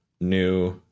new